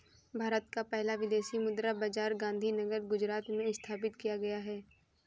भारत का पहला विदेशी मुद्रा बाजार गांधीनगर गुजरात में स्थापित किया गया है